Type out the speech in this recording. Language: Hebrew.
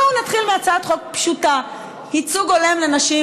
אז בואו נתחיל מהצעת חוק פשוטה: ייצוג הולם לנשים,